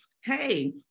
hey